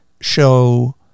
show